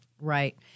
right